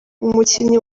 umukinnyi